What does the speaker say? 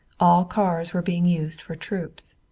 all cars were being used for troops.